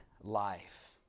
life